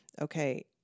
okay